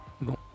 Bon